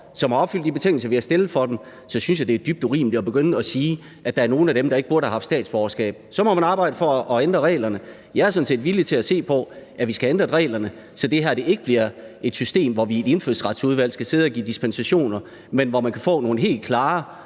som har opfyldt de betingelser, vi har stillet til dem, så synes jeg, at det er dybt urimeligt at begynde at sige, at der er nogle af dem, der ikke burde have haft statsborgerskab. Så må man arbejde for at ændre reglerne. Jeg er sådan set villig til at se på, at vi skal have ændret reglerne, så det her ikke er et system, hvor vi i et indfødsretsudvalg skal sidde og give dispensationer, men hvor man kan få nogle helt klare